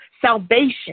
salvation